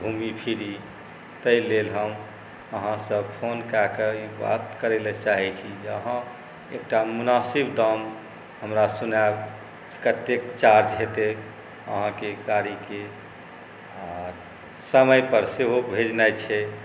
घुमी फिरी ताहिलेल हम अहाँसँ फोन कऽ कऽ ई बात करैलए चाहै छी जे अहाँ एकटा मुनासिब दाम हमरा सुनाएब कतेक चार्ज हेतै अहाँके गाड़ीके आओर समयपर सेहो भेजनाइ छै